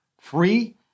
Free